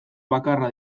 bakarra